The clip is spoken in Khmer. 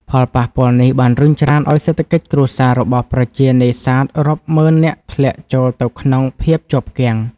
ផលប៉ះពាល់នេះបានរុញច្រានឱ្យសេដ្ឋកិច្ចគ្រួសាររបស់ប្រជានេសាទរាប់ម៉ឺននាក់ធ្លាក់ចូលទៅក្នុងភាពជាប់គាំង។